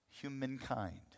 Humankind